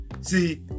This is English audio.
See